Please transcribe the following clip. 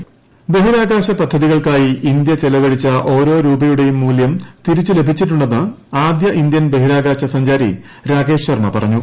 രാകേഷ് ശർമ്മ ബഹിരാകാശ പദ്ധതികൾക്കായി ഇന്ത്യ ചെലവഴിച്ച ഓരോ രൂപയുടെയും മൂല്യം തിരിച്ചു ലഭിച്ചിട്ടുണ്ടെന്ന് ആദ്യ ഇന്ത്യൻ ബഹിരാകാശ സഞ്ചാരി രാകേഷ് ശർമ്മ പറഞ്ഞു